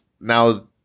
now